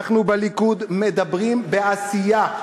אנחנו בליכוד מדברים בעשייה,